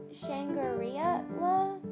Shangri-La